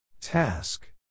Task